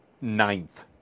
ninth